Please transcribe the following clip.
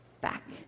back